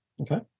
Okay